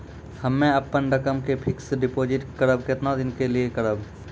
हम्मे अपन रकम के फिक्स्ड डिपोजिट करबऽ केतना दिन के लिए करबऽ?